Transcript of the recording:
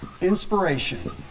Inspiration